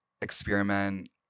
experiment